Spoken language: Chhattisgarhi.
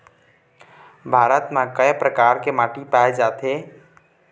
भारत म कय प्रकार के माटी पाए जाथे?